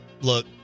Look